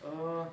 err